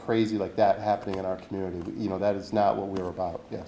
crazy like that happening in our community you know that is not what we're about ye